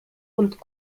und